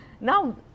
Now